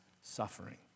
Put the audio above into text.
suffering